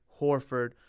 Horford